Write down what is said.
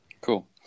Cool